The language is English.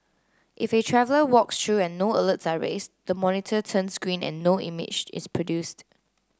if a traveller walks through and no alerts are raised the monitor turns green and no image is produced